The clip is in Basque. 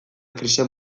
krisian